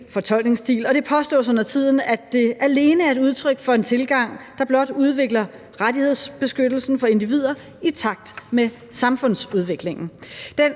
fortolkningsstil, og det påstås undertiden, at det alene er et udtryk for en tilgang, der blot udvikler rettighedsbeskyttelsen for individer i takt med samfundsudviklingen. Den